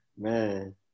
Man